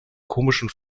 komischen